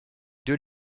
deux